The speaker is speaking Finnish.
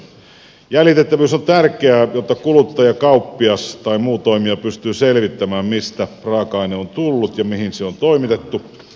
jäljitettävyys on tärkeää jotta kuluttaja kauppias tai muu toimija pystyy selvittämään mistä raaka aine on tullut ja mihin se on toimitettu